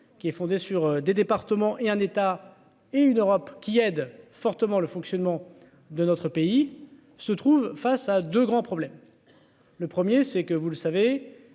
qui est fondé sur des départements et un état et une Europe qui aide fortement le fonctionnement de notre pays se trouve face à de grands problèmes. Le 1er c'est que vous le savez,